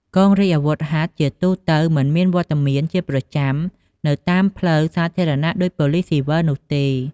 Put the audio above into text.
កងរាជអាវុធហត្ថជាទូទៅមិនមានវត្តមានជាប្រចាំនៅតាមផ្លូវសាធារណៈដូចប៉ូលិសស៊ីវិលនោះទេ។